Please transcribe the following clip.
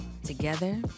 Together